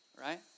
right